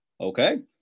okay